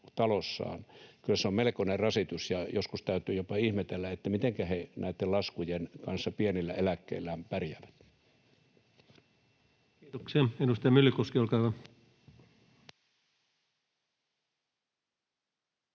talossaan, melkoinen rasitus. Joskus täytyy jopa ihmetellä, mitenkä he näiden laskujen kanssa pienillä eläkkeillään pärjäävät. Kiitoksia. — Edustaja Myllykoski, olkaa hyvä.